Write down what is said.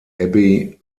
abbey